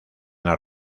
las